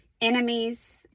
enemies